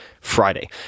Friday